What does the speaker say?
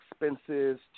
expenses